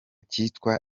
cyitwa